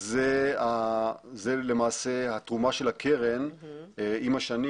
זה למעשה התרומה של הקרן עם השנים